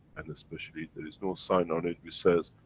and especially, there's no sign on it, which says,